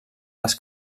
les